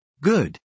Good